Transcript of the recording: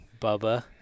bubba